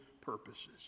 purposes